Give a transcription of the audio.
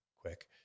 quick